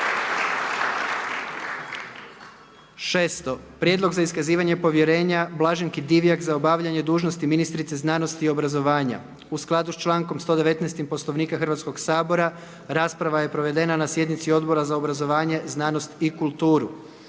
1. Prijedlog za iskazivanje povjerenja Lovri Kuščeviću za obavljanje dužnosti ministra uprave. U skladu s člankom 119. Poslovnika Hrvatskog sabora rasprava je provedena na sjednici Odbora za Ustav, Poslovnik